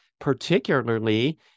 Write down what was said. particularly